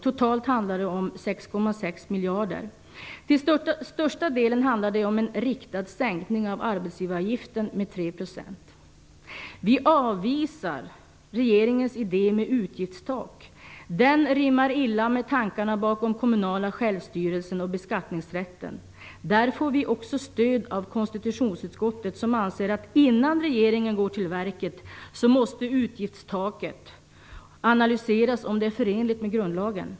Totalt handlar det om 6,6 miljarder kronor. Till största delen rör det en riktad sänkning av arbetsgivaravgiften med 3 %. Vi avvisar regeringens idé med utgiftstak. Den rimmar illa med tankarna bakom den kommunala självstyrelsen och beskattningsrätten. Där får vi också stöd av konstitutionsutskottet som anser att innan regeringen går till verket måste analyseras om utgiftstaket är förenligt med grundlagen.